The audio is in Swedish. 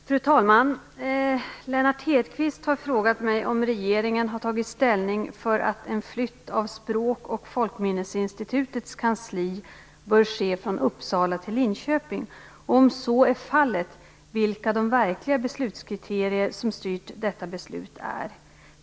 Fru talman! Lennart Hedquist har frågat mig om regeringen har tagit ställning för att en flytt av Språkoch folkminnesinstitutets kansli bör ske från Uppsala till Linköping och om så är fallet vilka de verkliga beslutskriterier som styrt detta beslut är.